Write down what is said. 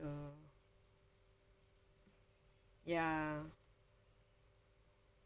so ya